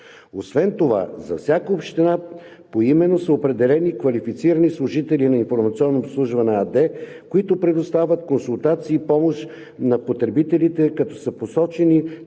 Освен това за всяка община поименно са определени квалифицирани служители на „Информационно обслужване“ АД, които предоставят консултации и помощ на потребителите, като са посочени